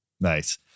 Nice